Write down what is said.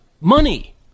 Money